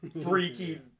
freaky